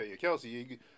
Kelsey